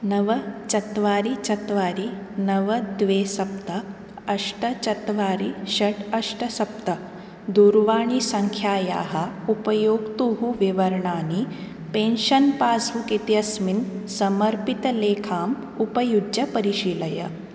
नव चत्वारि चत्वारि नव द्वे सप्त अष्ट चत्वारि षड् अष्ट सप्त दूरवाणीसङ्ख्यायाः उपयोक्तुः विवरणानि पेन्शन् पास्बुक् इत्यस्मिन् समर्पितलेखाम् उपयुज्य परिशीलय